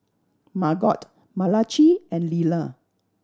Margot Malachi and Liller